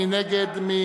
מי